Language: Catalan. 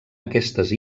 aquestes